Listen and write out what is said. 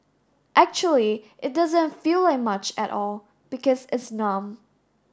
actually it doesn't feel like much at all because it's numb